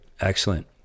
Excellent